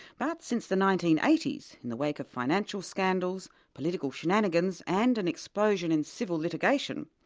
but since the nineteen eighty s, in the wake of financial scandals, political shenanigans and an explosion in civil litigation,